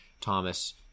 Thomas